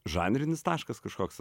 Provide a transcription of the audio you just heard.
žanrinis taškas kažkoks